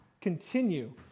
continue